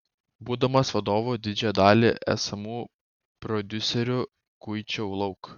būdamas vadovu didžiąją dalį esamų prodiuserių guičiau lauk